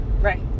Right